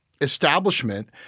establishment